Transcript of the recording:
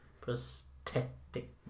Prosthetic